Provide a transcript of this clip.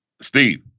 Steve